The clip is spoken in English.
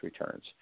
returns